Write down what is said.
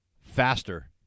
faster